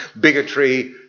bigotry